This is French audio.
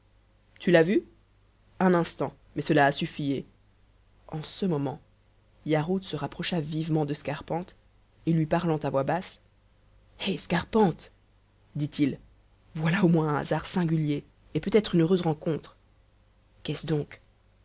tu l'as vu un instant mais cela a suffi et en ce moment yarhud se rapprocha vivement de scarpante et lui parlant à voix basse eh scarpante dit-il voilà au moins un hasard singulier et peut-être une heureuse rencontre qu'est-ce donc